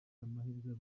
amahirwe